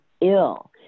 ill